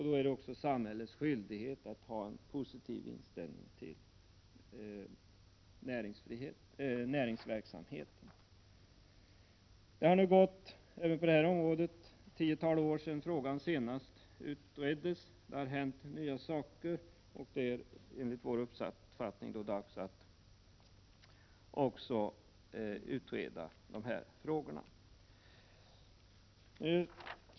Då är det också samhällets skyldighet att ha en positiv inställning till näringsverksamheten. Det har nu gått ett tiotal år sedan denna fråga senast utreddes. Det har hänt nya saker, och det är enligt vår uppfattning dags att utreda de här frågorna.